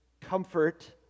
comfort